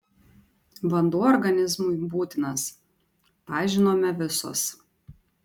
vanduo organizmui būtinas tą žinome visos